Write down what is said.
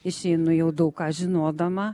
išeinu jau daug ką žinodama